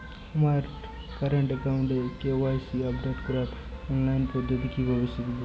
আমার কারেন্ট অ্যাকাউন্টের KYC update করার অনলাইন পদ্ধতি কীভাবে শিখব?